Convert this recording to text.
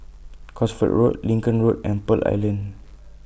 Cosford Road Lincoln Road and Pearl Island